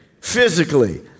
physically